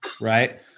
right